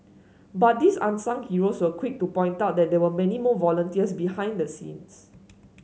but these unsung heroes were quick to point out that there were many more volunteers behind the scenes